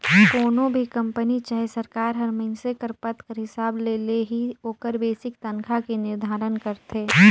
कोनो भी कंपनी चहे सरकार हर मइनसे कर पद कर हिसाब ले ही ओकर बेसिक तनखा के निरधारन करथे